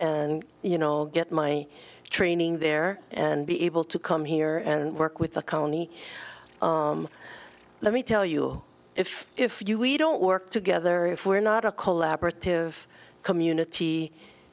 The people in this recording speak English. and you know get my training there and be able to come here and work with the county let me tell you if if you we don't work together if we're not a collaborative community